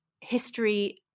history